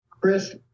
Chris